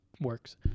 works